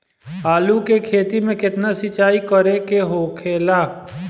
आलू के खेती में केतना सिंचाई करे के होखेला?